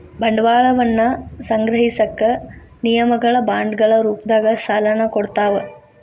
ಬಂಡವಾಳವನ್ನ ಸಂಗ್ರಹಿಸಕ ನಿಗಮಗಳ ಬಾಂಡ್ಗಳ ರೂಪದಾಗ ಸಾಲನ ಕೊಡ್ತಾವ